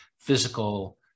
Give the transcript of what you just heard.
physical